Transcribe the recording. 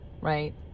right